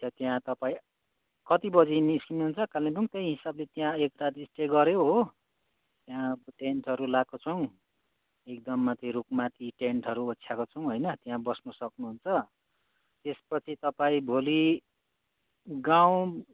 त्यहाँ तपाईँ कतिबजी निस्किनुहुन्छ कालिम्पोङ त्यही हिसाबले त्यहाँ एक रात स्टे गऱ्यो हो त्यहाँ टेन्टहरू लगाएको छौँ एकदम माथि रुखमाथि टेन्टहरू ओछ्याएको छौँ होइन त्यहाँ बस्नु सक्नुहुन्छ त्यसपछि तपाईँ भोलि गाउँ